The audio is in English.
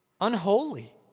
Unholy